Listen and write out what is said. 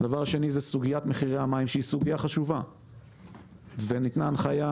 סוגיית מחירי המים, ניתנה הנחייה